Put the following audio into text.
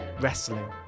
wrestling